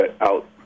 out